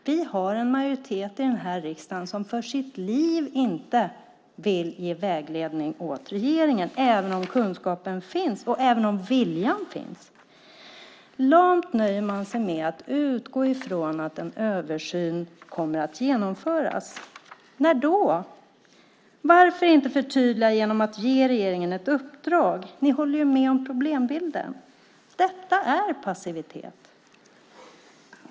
Vi har en majoritet i den här riksdagen som för sitt liv inte vill ge vägledning åt regeringen, även om kunskapen finns och även om viljan finns. Lamt nöjer man sig med att utgå ifrån att en översyn kommer att genomföras. När då? Varför inte förtydliga genom att ge regeringen ett uppdrag? Ni håller ju med om problembilden. Detta är passivitet!